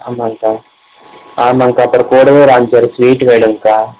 ஆமாங்கக்கா ஆமாங்கக்கா அப்புறம் கூடவே ஒரு அஞ்சு ஆறு ஸ்வீட்டு வேணுங்கக்கா